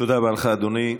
תודה רבה לך, אדוני.